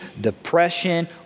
depression